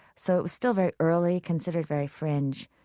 so it was still very early, considered very fringe,